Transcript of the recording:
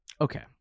okay